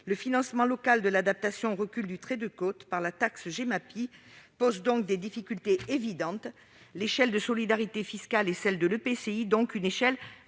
Le financement local de l'adaptation au recul du trait de côte par la taxe Gemapi pose donc des difficultés évidentes : l'échelle de solidarité fiscale est celle de l'EPCI, c'est-à-dire une échelle